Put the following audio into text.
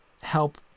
help